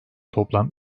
toplam